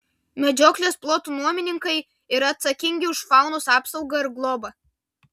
medžioklės plotų nuomininkai yra atsakingi už faunos apsaugą ir globą